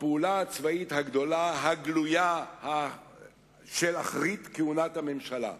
הפעולה הצבאית הגדולה הגלויה של אחרית כהונת הממשלה.